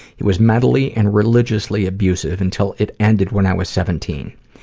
it was mentally and religiously abusive until it ended when i was seventeen.